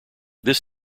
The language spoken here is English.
this